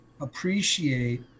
appreciate